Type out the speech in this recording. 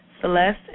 Celeste